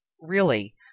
Really